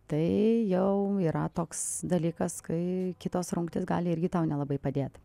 tai jau yra toks dalykas kai kitos rungtys gali irgi tau nelabai padėt